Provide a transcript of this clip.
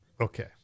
Okay